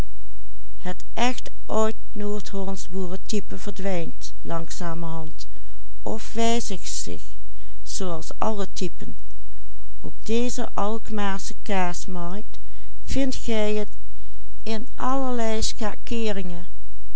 of wijzigt zich zooals alle typen op deze alkmaarsche kaasmarkt vindt gij het in allerlei schakeeringen